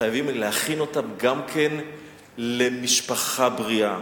וחייבים להכין אותם גם כן למשפחה בריאה,